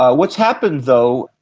ah what's happened though,